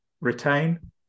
retain